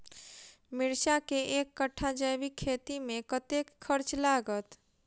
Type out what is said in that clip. मिर्चा केँ एक कट्ठा जैविक खेती मे कतेक खर्च लागत?